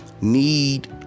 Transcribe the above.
need